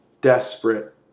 desperate